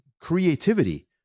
creativity